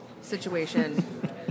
situation